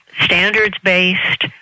standards-based